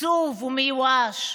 עצוב ומיואש,